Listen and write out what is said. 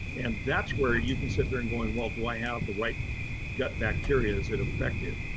and that's where you can sit there and going, well, do i have the right gut bacteria? is it effective?